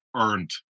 earned